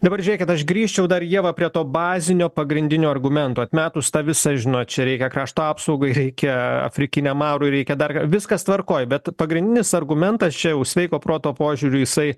dabar žiūrėkit aš grįžčiau dar ieva prie to bazinio pagrindinio argumento atmetus tą visą žinot čia reikia krašto apsaugai reikia afrikiniam marui reikia dar ką viskas tvarkoj bet pagrindinis argumentas čia jau sveiko proto požiūriu jisai